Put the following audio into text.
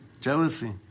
Jealousy